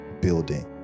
building